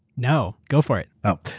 no. go for it. oh,